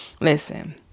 Listen